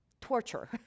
torture